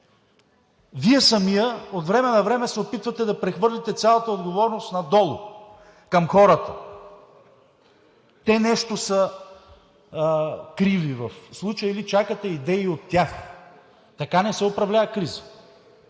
Вие самият от време на време се опитвате да прехвърлите цялата отговорност надолу към хората – те нещо са криви в случая или чакате идеи от тях. Така не се управлява криза!